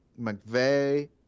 McVeigh